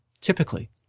typically